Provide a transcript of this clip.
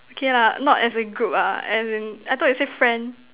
okay lah not as a group ah as in I thought you say friend